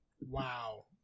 Wow